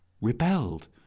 rebelled